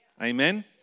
Amen